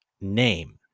name